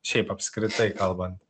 šiaip apskritai kalbant